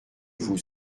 vous